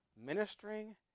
ministering